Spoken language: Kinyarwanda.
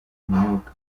imyuka